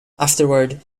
afterward